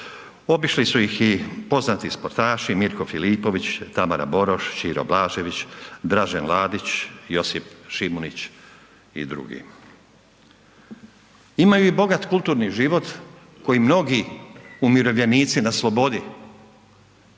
Obišli su ih i poznati sportaši Mirko Filipović, Tamara Boroš, Ćiro Blažević, Dražen Ladić, Josip Šimunić i drugi. Imaju u bogat kulturni život koji mnogi umirovljenici na slobodi